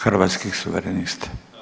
Hrvatskih suverenista.